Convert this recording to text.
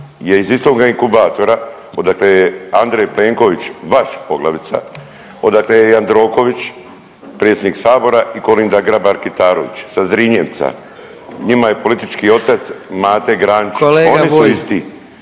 je istoga inkubatora odakle je Andrej Plenković vaš poglavica, odakle je Jandroković predsjednik sabora i Kolinda Grabar Kitarović, sa Zrinjevca, njima je politički otac Mate Granić.